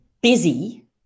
busy